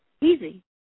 easy